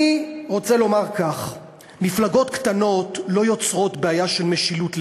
אני רוצה לומר כך: מפלגות קטנות לא יוצרות בעיה של משילות.